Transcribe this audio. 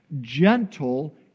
gentle